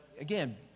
Again